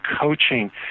coaching